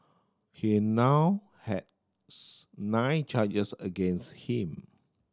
he now has nine charges against him